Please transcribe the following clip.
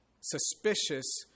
suspicious